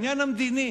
בעניין המדיני,